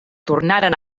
tornaren